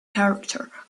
character